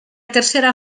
tercera